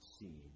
seen